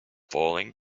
falling